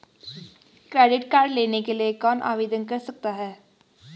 Credit card लेने के लिए कौन आवेदन कर सकता है?